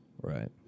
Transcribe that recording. Right